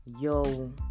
Yo